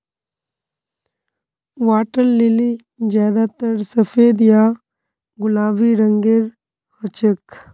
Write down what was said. water lily ज्यादातर सफेद या गुलाबी रंगेर हछेक